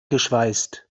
geschweißt